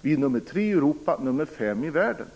Vi är nummer tre i Europa och nummer fem i världen.